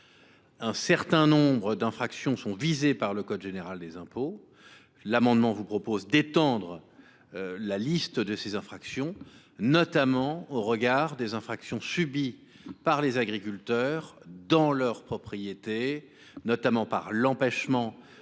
Un certain nombre d’infractions sont visées par le code général des impôts. L’amendement a pour objet d’étendre la liste de ces infractions, notamment aux infractions subies par les agriculteurs dans leurs propriétés, en particulier